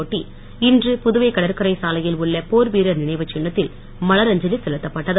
ஒட்டி இன்று புதுவை கடற்கரை சாலையில் உள்ள போர்வீரர் நினைவுச் சின்னத்தில் மலரஞ்சலி செலுத்தப்பட்டது